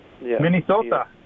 Minnesota